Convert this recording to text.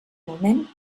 moment